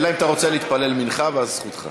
אלא אם כן אתה רוצה להתפלל מנחה, ואז זו זכותך.